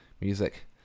music